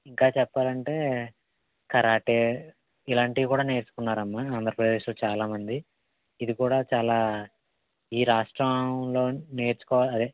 ఇంకా చెప్పాలంటే కరాటే ఇలాంటివి కూడా నేర్చుకున్నారమ్మ ఆంధ్రప్రదేశ్లో చాలామంది ఇది కూడా చాలా ఈ రాష్ట్రంలో నేర్చుకోవాలి అదే